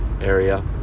area